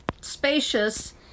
spacious